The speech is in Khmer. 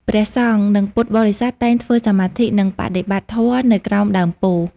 ព្រះសង្ឃ និងពុទ្ធបរិស័ទតែងធ្វើសមាធិ និងបដិបត្តិធម៌នៅក្រោមដើមពោធិ៍។